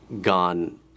gone